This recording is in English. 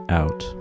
out